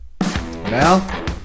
Now